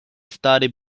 study